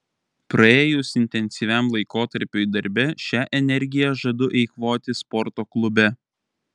praėjus intensyviam laikotarpiui darbe šią energiją žadu eikvoti sporto klube